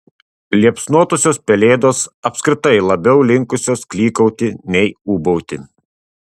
liepsnotosios pelėdos apskritai labiau linkusios klykauti nei ūbauti